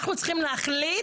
אנחנו צריכים להחליט,